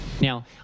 Now